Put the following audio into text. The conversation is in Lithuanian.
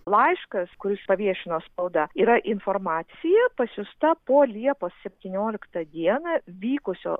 laiškas kuris paviešino spauda yra informacija pasiųsta po liepos septynioliktą dieną vykusio